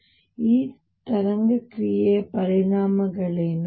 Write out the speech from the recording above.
ಈ ತರಂಗ ಕ್ರಿಯೆಯ ಪರಿಣಾಮಗಳೇನು